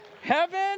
Heaven